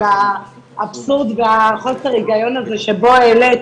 על האבסורד וחוסר ההיגיון הזה שבו העלית